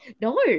No